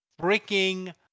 freaking